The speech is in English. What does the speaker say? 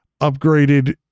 upgraded